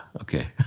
okay